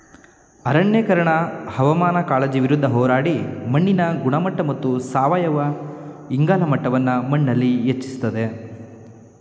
ಅರಣ್ಯೀಕರಣ ಹವಾಮಾನ ಕಾಳಜಿ ವಿರುದ್ಧ ಹೋರಾಡಿ ಮಣ್ಣಿನ ಗುಣಮಟ್ಟ ಮತ್ತು ಸಾವಯವ ಇಂಗಾಲ ಮಟ್ಟವನ್ನು ಮಣ್ಣಲ್ಲಿ ಹೆಚ್ಚಿಸ್ತದೆ